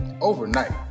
Overnight